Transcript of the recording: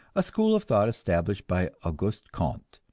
a school of thought established by auguste comte.